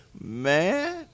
Man